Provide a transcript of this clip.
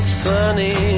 sunny